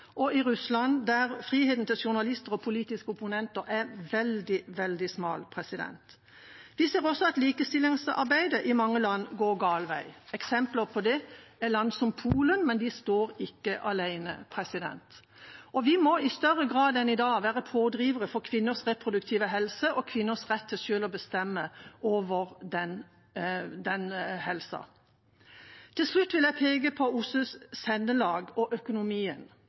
og i Russland, der friheten til journalister og politiske opponenter er veldig, veldig smal. Vi ser også at likestillingsarbeidet i mange land går gal vei, og eksempler på det er land som Polen. Men de står ikke alene. Vi må i større grad enn i dag være pådrivere for kvinners reproduktive helse og kvinners rett til selv å bestemme over den helsen. Til slutt vil jeg peke på OSSEs sendelag og økonomien.